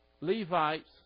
Levites